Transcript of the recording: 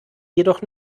jedoch